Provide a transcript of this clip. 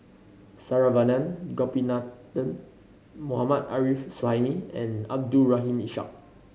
Saravanan Gopinathan Mohammad Arif Suhaimi and Abdul Rahim Ishak